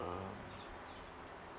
uh